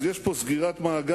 אז יש פה סגירת מעגל,